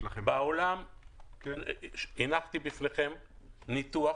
הנחתי בפניכם ניתוח,